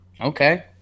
Okay